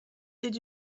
did